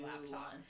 laptop